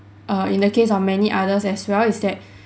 err in the case of many others as well is that